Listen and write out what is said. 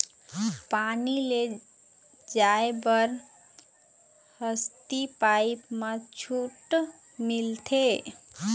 पानी ले जाय बर हसती पाइप मा छूट मिलथे?